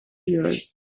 tears